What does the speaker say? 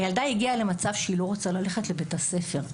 הילדה הגיעה למצב שהיא לא רוצה ללכת לבית הספר,